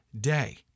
Day